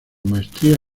maestría